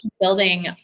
building